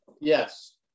Yes